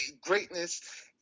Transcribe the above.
Greatness